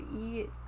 eat